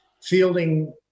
fielding